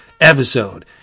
episode